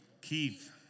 Keith